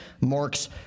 Mark's